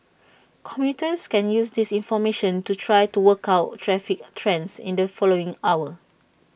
commuters can use this information to try to work out traffic trends in the following hour